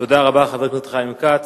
תודה רבה לחבר הכנסת חיים כץ,